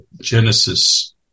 Genesis